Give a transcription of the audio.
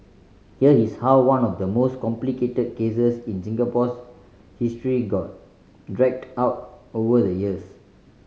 here is how one of the most complicated cases in Singapore's history got dragged out over the years